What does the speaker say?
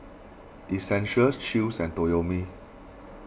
Essential Chew's and Toyomi